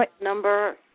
Number